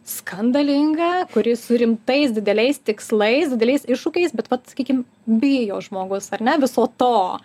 skandalinga kuri su rimtais dideliais tikslais dideliais iššūkiais bet vat sakykim bijo žmogus ar ne viso to